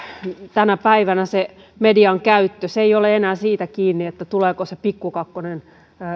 tänä päivänä se median käyttö ei ole enää siitä kiinni tuleeko se pikku kakkonen